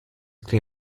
claim